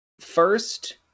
First